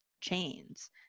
chains